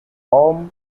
hommes